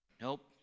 Nope